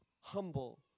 humble